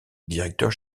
directeur